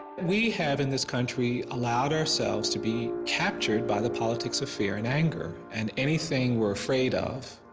we have in this country allowed ourselves to be captured by the politics of fear and anger and anything we are afraid of,